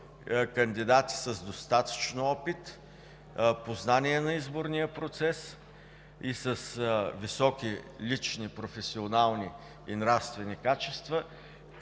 кандидати с достатъчно опит, познания на изборния процес и с високи лични, професионални и нравствени качества,